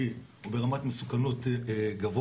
כי הוא ברמת מסוכנות גבוהה.